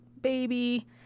baby